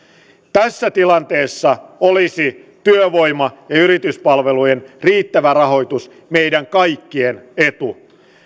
tässä tilanteessa olisi työvoima ja yrityspalvelujen riittävä rahoitus meidän kaikkien etu